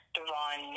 Devon